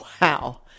Wow